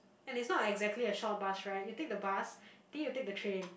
and it's not exactly a short bus ride you take the bus then you take the train